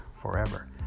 forever